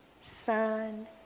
Son